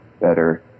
better